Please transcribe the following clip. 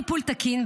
-- ללא טיפול תקין,